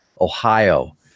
Ohio